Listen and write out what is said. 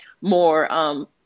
more